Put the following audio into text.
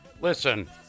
Listen